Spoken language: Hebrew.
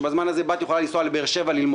כשבזמן הזה בת יכולה לנסוע ללמוד בבאר שבע,